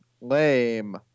lame